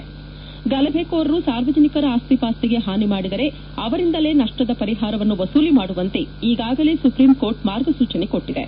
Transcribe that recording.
ಗಲಭೆಕೋರರು ಸಾರ್ವಜನಿಕರ ಆಸ್ತಿಪಾಸ್ತಿಗೆ ಹಾನಿ ಮಾಡಿದರೆ ಅವರಿಂದಲೇ ನಷ್ಟದ ಪರಿಹಾರವನ್ನು ವಸೂಲಿ ಮಾಡುವಂತೆ ಈಗಾಗಲೇ ಸುಪ್ರೀಂ ಕೋರ್ಟ್ ಮಾರ್ಗಸೂಜನೆ ಕೊಟ್ಟಿದೆ